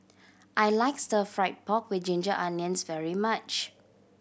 I like Stir Fried Pork With Ginger Onions very much